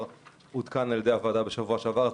שני תיקונים שעודכנו על ידי הוועדה בשבוע שעבר.